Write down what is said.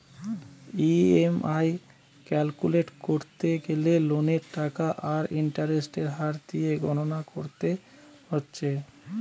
EMI calculate কোরতে গ্যালে লোনের টাকা আর ইন্টারেস্টের হার দিয়ে গণনা কোরতে হচ্ছে